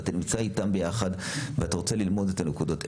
אתה נמצא איתם ביחד ואתה רוצה ללמוד את הנקודות.